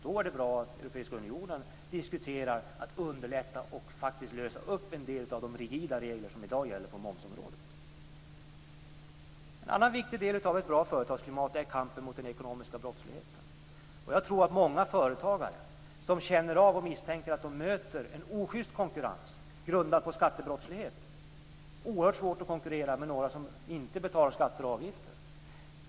Då är det bra att Europeiska unionen diskuterar att underlätta och lösa upp en del av de rigida regler som i dag gäller på momsområdet. En annan viktig del av ett bra företagsklimat är kampen mot den ekonomiska brottsligheten. Jag tror att många företagare känner av och misstänker att de möter en oschyst konkurrens grundad på skattebrottslighet. Det är oerhört svårt att konkurrera med några som inte betalar skatter och avgifter.